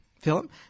Philip